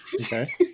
Okay